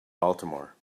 baltimore